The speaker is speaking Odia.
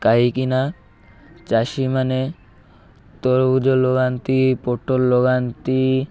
କାହିଁକିନା ଚାଷୀମାନେ ତରଭୁଜ ଲଗାନ୍ତି ପୋଟଳ ଲଗାନ୍ତି